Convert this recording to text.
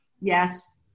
yes